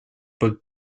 под